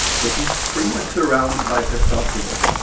so she's pretty much surrounded by testosterone.